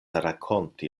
rakonti